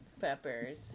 Peppers